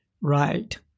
right